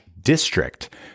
district